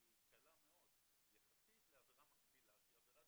היא קלה מאוד יחסית לעבירה מקבילה שהיא עבירת